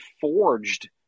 forged